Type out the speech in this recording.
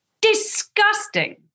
Disgusting